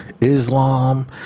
islam